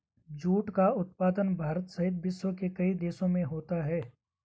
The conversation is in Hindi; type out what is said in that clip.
जूट का उत्पादन भारत सहित विश्व के कई देशों में होता है